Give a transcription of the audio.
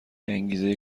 انگیزه